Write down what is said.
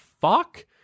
fuck